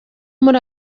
muri